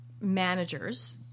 managers